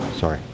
sorry